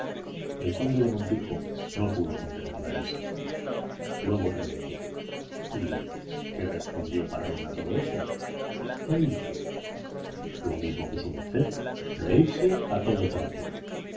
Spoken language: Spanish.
el conde del montijo no pudo contener la risa luego preguntó y qué respondió parrón a todo eso qué hizo lo mismo que su merced reírse a todo trapo